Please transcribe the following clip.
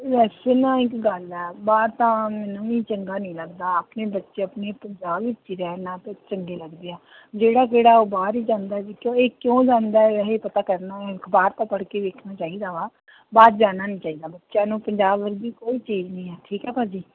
ਵੈਸੇ ਨਾ ਇੱਕ ਗੱਲ ਆ ਬਾਹਰ ਤਾਂ ਮੈਨੂੰ ਵੀ ਚੰਗਾ ਨਹੀਂ ਲੱਗਦਾ ਆਪਣੇ ਬੱਚੇ ਆਪਣੇ ਪੰਜਾਬ ਵਿੱਚ ਹੀ ਰਹਿਣ ਨਾ ਤਾਂ ਚੰਗੇ ਲੱਗਦੇ ਆ ਜਿਹੜਾ ਜਿਹੜਾ ਉਹ ਬਾਹਰ ਹੀ ਜਾਂਦਾ ਜੀ ਕਿਉ ਇਹ ਕਿਉਂ ਜਾਂਦਾ ਇਹ ਪਤਾ ਕਰਨਾ ਅਖਬਾਰ ਤਾਂ ਪੜ੍ਹ ਕੇ ਵੇਖਣਾ ਚਾਹੀਦਾ ਵਾ ਬਾਹਰ ਜਾਣਾ ਨਹੀਂ ਚਾਹੀਦਾ ਬੱਚਿਆਂ ਨੂੰ ਪੰਜਾਬ ਵਰਗੀ ਕੋਈ ਚੀਜ਼ ਨਹੀਂ ਹੈ ਠੀਕ ਹੈ ਭਾਅ ਜੀ